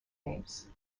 names